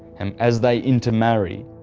and as they inter-marry,